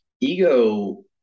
ego